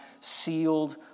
sealed